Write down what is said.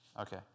Okay